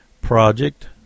project